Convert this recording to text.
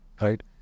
Right